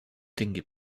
tingui